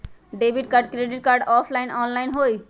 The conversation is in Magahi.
Debit card credit card offline online होई?